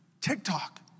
TikTok